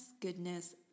goodness